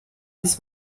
this